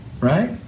Right